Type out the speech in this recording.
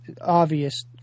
obvious